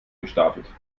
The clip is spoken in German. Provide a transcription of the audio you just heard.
gestapelt